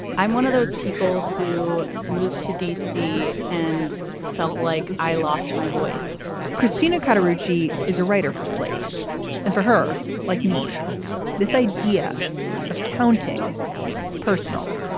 i'm one of those people who moved to d c. and felt like i lost my voice christina kind of ricci is a writer for slate and for her like me this idea of counting it's personal.